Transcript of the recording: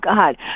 God